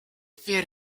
furent